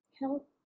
Help